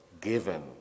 given